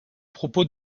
propos